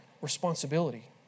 responsibility